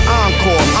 encore